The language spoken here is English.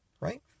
right